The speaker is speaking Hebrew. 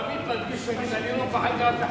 אתה תמיד מדגיש: אני לא מפחד מאף אחד,